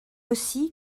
aussi